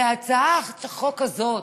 הצעת החוק הזאת,